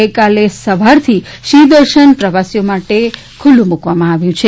ગઈકાલે સવારથી સિંફ દર્શન પ્રવાસીઓ માટે ખુલ્લું મૂકવામાં આવ્યું છે